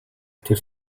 тэр